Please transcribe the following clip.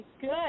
Good